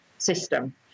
system